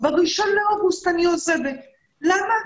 - ב-1 באוגוסט אני עוזבת, למה?